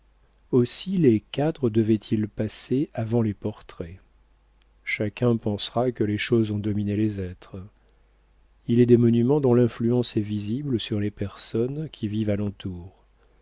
aussi les cadres devaient-ils passer avant les portraits chacun pensera que les choses ont dominé les êtres il est des monuments dont l'influence est visible sur les personnes qui vivent à